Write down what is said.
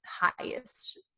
highest